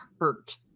hurt